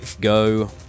go